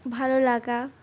ভালো লাগা